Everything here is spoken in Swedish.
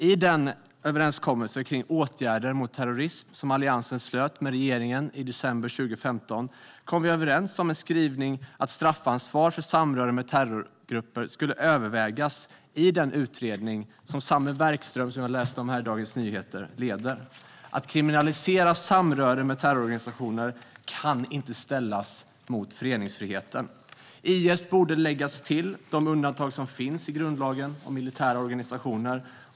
I den överenskommelse kring åtgärder mot terrorism som Alliansen slöt med regeringen i december 2015 kom vi överens om en skrivning om att straffansvar för samröre med terrorgrupper skulle övervägas i den utredning som samme Werkström som jag läste om i Dagens Nyheter leder. Att kriminalisera samröre med terrororganisationer kan inte ställas mot föreningsfriheten. IS borde läggas till i de undantag som finns i grundlagen om militära organisationer.